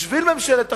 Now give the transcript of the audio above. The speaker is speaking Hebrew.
בשביל ממשלת אחדות,